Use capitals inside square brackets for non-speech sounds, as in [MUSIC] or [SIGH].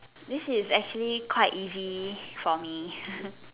this is actually quite easy for me [LAUGHS]